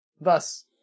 Thus